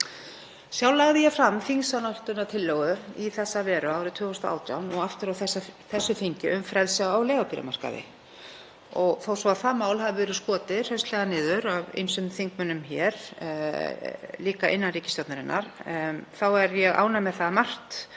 Sjálf lagði ég fram þingsályktunartillögu í þessa veru árið 2018 og aftur á þessu þingi um frelsi á leigubílamarkaði. Þó svo að það mál hafi verið skotið hraustlega niður af ýmsum þingmönnum hér, líka innan ríkisstjórnarinnar, er ég ánægð með að margt